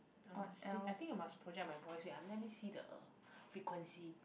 I must see I think you must project on my voice let me see the frequency